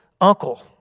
uncle